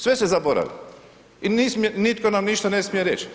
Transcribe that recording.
Sve se zaboravi i nitko nam ništa ne smije reći.